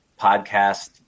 podcast